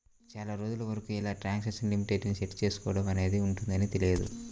చాలా రోజుల వరకు ఇలా ట్రాన్సాక్షన్ లిమిట్ ని సెట్ చేసుకోడం అనేది ఉంటదని తెలియదు